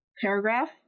paragraph-